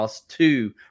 two